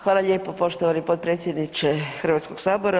Hvala lijepo poštovani potpredsjedniče Hrvatskog sabora.